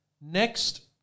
Next